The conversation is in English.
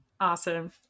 Awesome